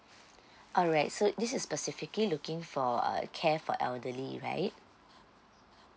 alright so this is specifically looking for err care for elderly right